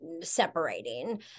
separating